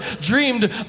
dreamed